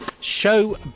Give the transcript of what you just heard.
show